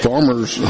Farmers